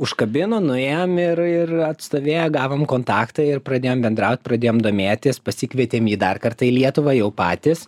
užkabino nuėjom ir ir atstovėję gavom kontaktą ir pradėjom bendraut pradėjom domėtis pasikvietėm jį dar kartą į lietuvą jau patys